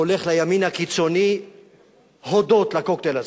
הולך לימין הקיצוני הודות לקוקטייל הזה.